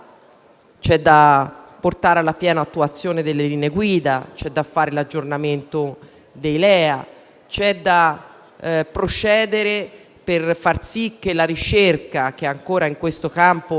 occorre portare alla piena attuazione le linee guida e c'è da fare l'aggiornamento dei LEA, c'è da procedere per fare in modo che la ricerca, che ancora in questo campo